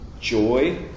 joy